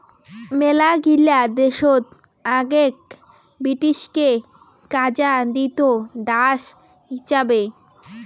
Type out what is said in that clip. মেলাগিলা দেশত আগেক ব্রিটিশকে কাজা দিত দাস হিচাবে